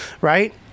right